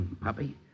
puppy